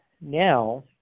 Now